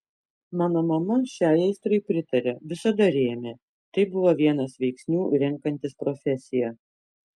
mano mama šiai aistrai pritarė visada rėmė tai buvo vienas veiksnių renkantis profesiją